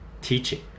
teaching